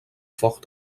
fort